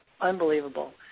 Unbelievable